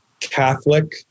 Catholic